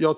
Jag